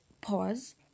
pause